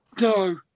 No